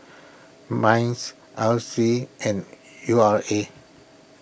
Minds R C and U R A